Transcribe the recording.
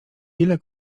ile